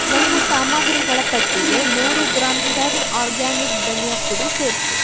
ನನ್ನ ಸಾಮಗ್ರಿಗಳ ಪಟ್ಟಿಗೆ ನೂರು ಗ್ರಾಂ ಟರ್ನ್ ಆರ್ಗ್ಯಾನಿಕ್ ಧನಿಯಾ ಪುಡಿ ಸೇರಿಸು